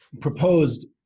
proposed